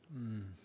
men